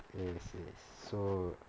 yes yes so